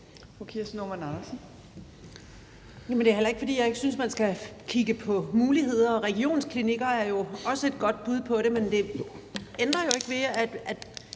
Det er heller ikke, fordi jeg ikke synes, man skal kigge på muligheder. Regionsklinikker er jo også et godt bud på det. Men det ændrer jo ikke ved, at